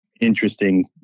interesting